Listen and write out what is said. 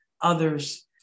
others